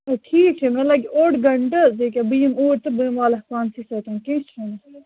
ہے ٹھیٖک چھُ مےٚ لَگہِ اوٚڑ گھنٛٹہٕ یہِ کیٛاہ بہٕ یِمہٕ اوٗرۍ تہٕ بہٕ وَالَکھ پانسٕے سۭتۍ کیٚنٛہہ چھُنہٕ